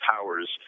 powers